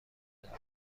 دارند